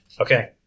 Okay